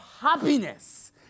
happiness